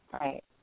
right